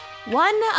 One